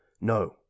No